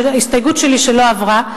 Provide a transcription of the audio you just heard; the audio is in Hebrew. הסתייגות שלי שלא עברה,